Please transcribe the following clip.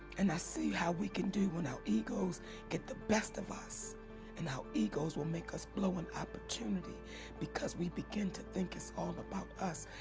and i see how we can do when our egos get the best of us and our egos will make us blow an opportunity because we begin to think it's all about us.